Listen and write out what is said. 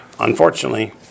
Unfortunately